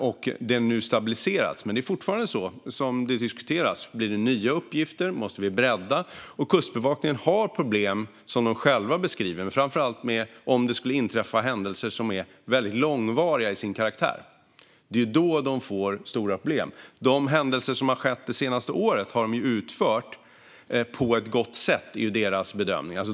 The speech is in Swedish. Detta har nu stabiliserats. Men fortfarande är det så att vi måste bredda om det blir nya uppgifter, vilket har diskuterats. Kustbevakningen har problem som de själva beskriver. De skulle framför allt få stora problem om det skulle inträffa händelser som är väldigt långvariga till sin karaktär. De händelser som har skett det senaste året har de utfört på ett gott sätt, enligt deras bedömning.